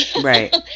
Right